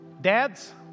Dads